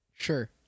Sure